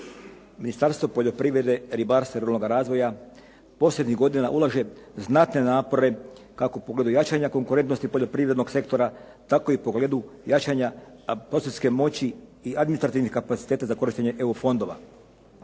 Ministarstvo poljoprivrede, ribarstva i ruralnoga razvoja posljednjih godina ulaže znatne napore kako u pogledu jačanja konkurentnosti poljoprivrednog sektora tako i u pogledu jačanja …/Govornik se ne razumije./… moći i administrativnih kapaciteta za korištenje EU fondova.